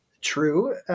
true